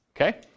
Okay